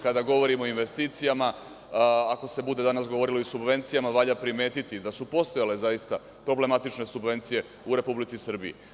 Kada govorimo o investicijama, ako se danas bude govorilo o subvencijama, valja primetiti da su postojale problematične subvencije u Republici Srbiji.